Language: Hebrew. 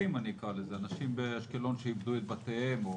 אנשים שאיבדו את בתיהם או